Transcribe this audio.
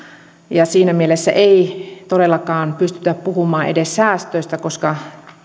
siinä mielessä ei todellakaan pystytä puhumaan edes säästöistä koska